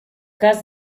cas